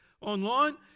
online